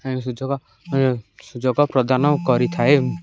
ସୁଯୋଗ ସୁଯୋଗ ପ୍ରଦାନ କରିଥାଏ